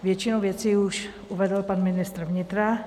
Většinu věcí už uvedl pan ministr vnitra.